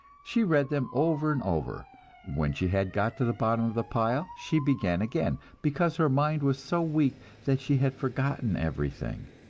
she read them over and over when she had got to the bottom of the pile, she began again, because her mind was so weak that she had forgotten everything.